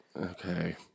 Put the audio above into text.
Okay